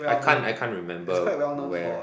I can't I can't remember where